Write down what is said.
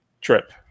trip